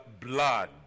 blood